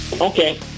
Okay